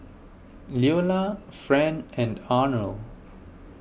Leola Fran and Arnold